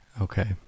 okay